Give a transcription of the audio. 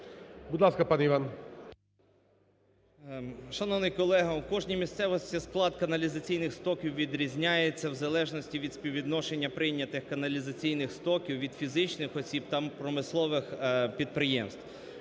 16:23:21 РИБАК І.П. Шановний колего, у кожній місцевості склад каналізаційних стоків відрізняється в залежності від співвідношення прийнятих каналізаційних стоків від фізичних осіб та промислових підприємств.